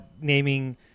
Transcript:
naming